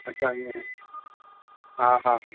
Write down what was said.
अच्छा हीअं हा हा